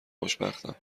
خوشبختم